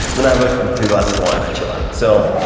when i have ah two glasses of wine, i chill out. so